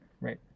right